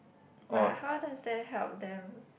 but how does that help them